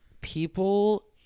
People